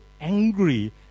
angry